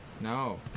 No